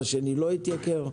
השני יגיד שלא התייקר,